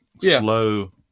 slow